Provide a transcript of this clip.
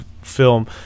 film